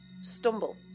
Stumble